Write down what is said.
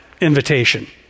invitation